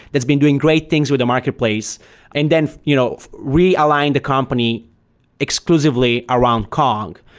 that's been doing great things with the marketplace and then you know realign the company exclusively around kong.